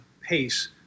pace